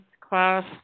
class